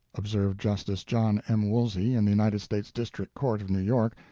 observed justice john m. woolsey in the united states district court of new york,